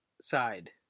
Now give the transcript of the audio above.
side